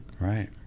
Right